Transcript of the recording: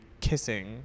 kissing